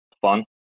fun